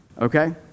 Okay